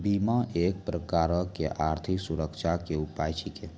बीमा एक प्रकारो के आर्थिक सुरक्षा के उपाय छिकै